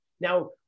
now